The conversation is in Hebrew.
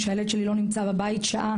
כאשר הילד שלי לא נמצא בבית שעה,